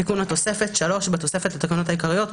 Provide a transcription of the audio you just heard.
תיקון תקנה 42. בתקנה 4 לתקנות העיקריות,